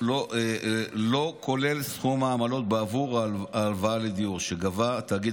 לא כולל סכום העמלות בעבור הלוואה לדיור שגבה התאגיד